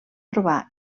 trobar